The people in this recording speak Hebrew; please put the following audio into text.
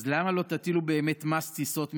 אז למה שלא תטילו באמת מס טיסות מזהמות?